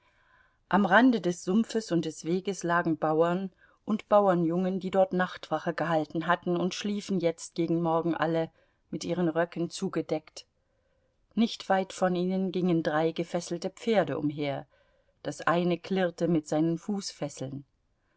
am rande des sumpfes und des weges lagen bauern und bauernjungen die dort nachtwache gehalten hatten und schliefen jetzt gegen morgen alle mit ihren röcken zugedeckt nicht weit von ihnen gingen drei gefesselte pferde umher das eine klirrte mit seinen fußfesseln